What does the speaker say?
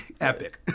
Epic